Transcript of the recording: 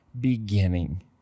beginning